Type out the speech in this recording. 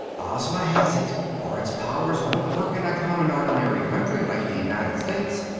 ozma has it for its powers won't work in a common, ordinary country like the united states.